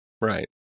right